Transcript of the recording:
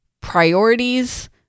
priorities